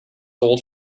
old